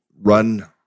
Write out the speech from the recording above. run